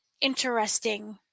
interesting